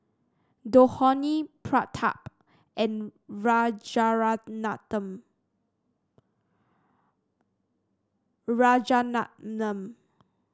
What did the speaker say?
Dhoni Pratap and Rajaratnam